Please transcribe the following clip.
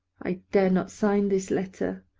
i dare not sign this letter.